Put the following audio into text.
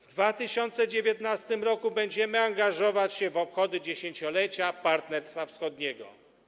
W 2019 r. będziemy angażować się w obchody 10-lecia Partnerstwa Wschodniego.